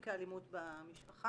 בתיקי אלימות במשפחה.